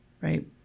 right